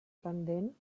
pendent